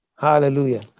Hallelujah